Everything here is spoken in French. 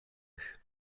eux